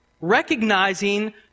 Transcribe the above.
Recognizing